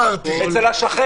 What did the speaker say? אצל השכן.